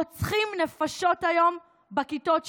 רוצחים נפשות היום בכיתות שלנו.